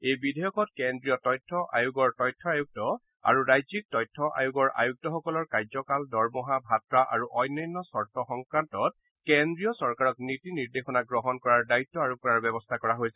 এই বিধেয়কত কেন্দ্ৰীয় তথ্য আয়োগৰ তথ্য আয়ুক্ত আৰু ৰাজ্যিক তথ্য আয়োগৰ আয়ুক্তসকলৰ কাৰ্যকাল দৰমহা ভাট্টা আৰু অন্যান্য চৰ্ত সংক্ৰান্তত কেন্দ্ৰীয় চৰকাৰক নীতি নিৰ্দেশনা গ্ৰহণ কৰাৰ দায়িত্ব আৰোপ কৰাৰ ব্যৱস্থা কৰা হৈছে